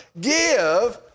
give